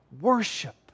worship